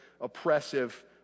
oppressive